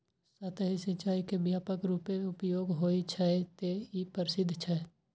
सतही सिंचाइ के व्यापक रूपें उपयोग होइ छै, तें ई प्रसिद्ध छै